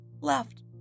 left